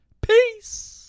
peace